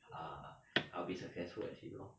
err I'll be successful as you lor